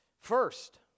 First